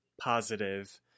Positive